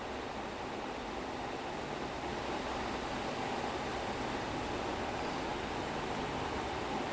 ya so you know that scene where his teammates betray him down the snow lah upside push up பண்ணுவாங்க:panuvaanga